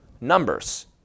Numbers